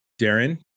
Darren